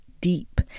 deep